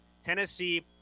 Tennessee